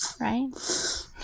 Right